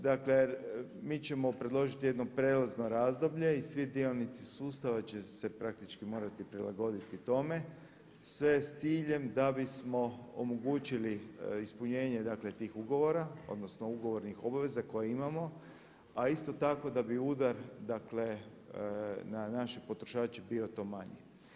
Dakle mi ćemo predložiti jedno prijelazno razdoblje i svi dionici sustava će se praktički morati prilagoditi tome sve s ciljem da bismo omogućili ispunjenje dakle tih ugovora, odnosno ugovornih obveza koje imamo a isto tako da bi udar, dakle na naše potrošače bio to manji.